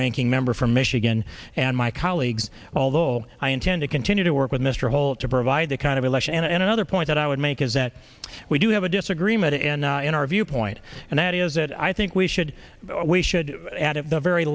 ranking member from michigan and my colleagues although i intend to continue to work with mr holt to provide the kind of election and another point that i would make is that we do have a disagreement in in our viewpoint and that is that i think we should we should add a very